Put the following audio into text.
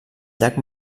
llac